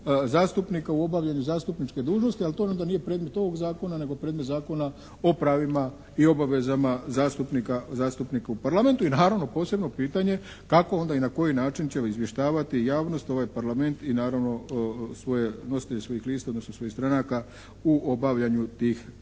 zastupnika u obavljanju zastupničke dužnosti, ali to onda nije predmet ovog zakona nego predmet Zakona o pravima i obavezama zastupnika u Parlamentu i naravno posebno pitanje kako onda i na koji način će izvještavati javnost ovaj Parlament i naravno nositelje svojih lista, odnosno svojih stranaka u obavljanju tih pitanja.